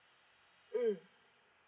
mm